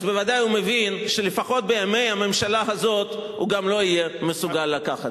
אז בוודאי הוא מבין שלפחות בימי הממשלה הזאת הוא גם לא יהיה מסוגל לקחת.